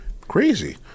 Crazy